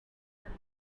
brick